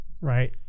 right